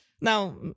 Now